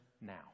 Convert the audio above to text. now